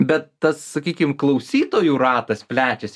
bet tas sakykim klausytojų ratas plečiasi